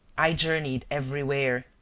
i journeyed everywhere,